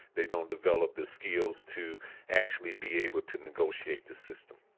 they don't develop the skills to actually be able to negotiate the system.